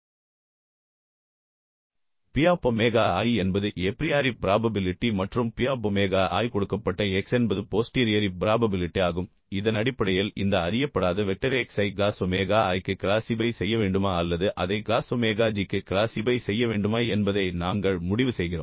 P of omega i என்பது a priori probability மற்றும் P of omega i கொடுக்கப்பட்ட X என்பது போஸ்ட்டீரியரி ப்ராபபிலிட்டி ஆகும் இதன் அடிப்படையில் இந்த அறியப்படாத வெக்டர் X ஐ க்ளாஸ் ஒமேகா i க்கு கிளாசிபை செய்ய வேண்டுமா அல்லது அதை க்ளாஸ் ஒமேகா g க்கு கிளாசிபை செய்ய வேண்டுமா என்பதை நாங்கள் முடிவு செய்கிறோம்